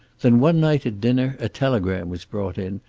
then, one night at dinner, a telegram was brought in,